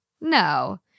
No